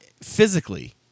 physically